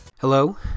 Hello